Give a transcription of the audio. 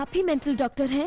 um the mental doctor?